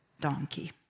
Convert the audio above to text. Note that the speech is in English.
donkey